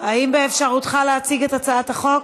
האם באפשרותך להציג את הצעת החוק?